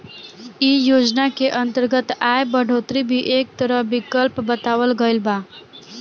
ऐ योजना के अंतर्गत आय बढ़ोतरी भी एक तरह विकल्प बतावल गईल बा